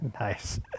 Nice